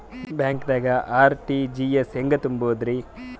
ಬ್ಯಾಂಕ್ದಾಗ ಆರ್.ಟಿ.ಜಿ.ಎಸ್ ಹೆಂಗ್ ತುಂಬಧ್ರಿ?